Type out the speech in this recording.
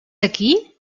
aquí